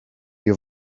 you